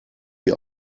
die